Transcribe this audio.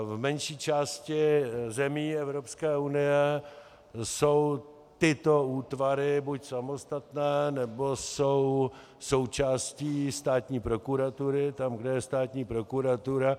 V menší části zemí Evropské unie jsou tyto útvary buď samostatné, nebo jsou součástí státní prokuratury tam, kde je státní prokuratura.